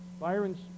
Byron's